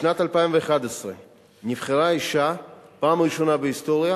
בשנת 2011 נבחרה אשה בפעם הראשונה בהיסטוריה